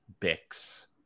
Bix